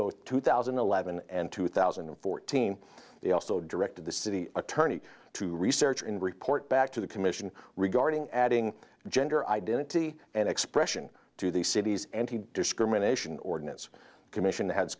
both two thousand and eleven and two thousand and fourteen he also directed the city attorney to research and report back to the commission regarding adding gender identity and expression to the city's discrimination ordinance commission h